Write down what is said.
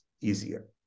easier